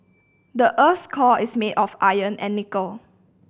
the earth's core is made of iron and nickel